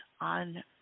on